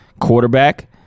quarterback